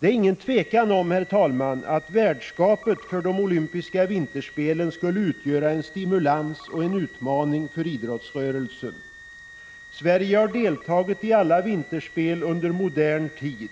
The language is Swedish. Det råder inget tvivel, herr talman, om att värdskapet för de olympiska vinterspelen skulle utgöra en stimulans och en utmaning för idrottsrörelsen. Sverige har deltagit i alla vinterspel under modern tid.